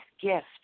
gift